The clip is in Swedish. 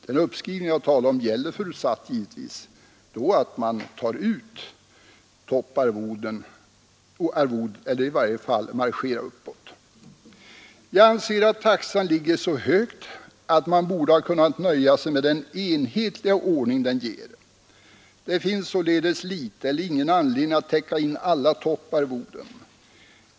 Det gäller givetvis att man vid den uppskrivning jag talar om tar ut topparvoden och i varje fall marscherar uppåt. Jag anser att taxan ligger så högt att man borde ha kunnat nöja sig Nr 93 med den enhetliga ordning den ger. Det finns således liten eller ingen Måndagen den anledning att täcka in alla topparvoden.